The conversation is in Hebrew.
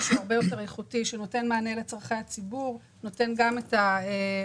משהו הרבה יותר טוב שנותן מענה לצורכי הציבור ונותן אפשרות